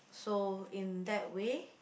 so in that way